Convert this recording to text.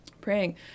praying